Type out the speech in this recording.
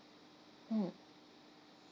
mm